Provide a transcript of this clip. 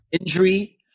injury